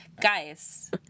guys